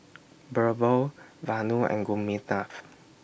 Birbal Vanu and Gopinath